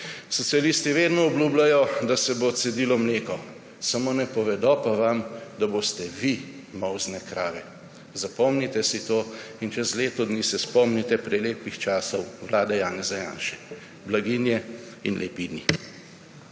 Socialisti vedno obljubljajo, da se bo cedilo mleko, samo ne povedo pa vam, da boste vi molzne krave. Zapomnite si to in čez leto dni se spomnite prelepih časov vlade Janeza Janše, blaginje in lepih dni.